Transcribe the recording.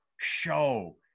show